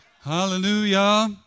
hallelujah